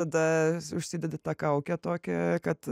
tada užsidedi tą kaukę tokią kad